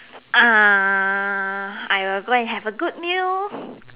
uh I will go and have a good meal